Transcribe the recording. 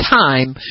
time